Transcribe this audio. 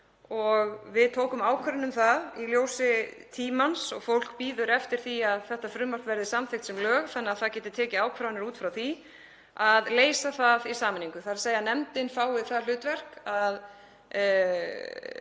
Við tókum ákvörðun um það í ljósi tímans, og fólk bíður eftir því að þetta frumvarp verði samþykkt sem lög þannig að það geti tekið ákvarðanir út frá því, að leysa það í sameiningu, þ.e. nefndin fái það hlutverk að